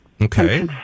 Okay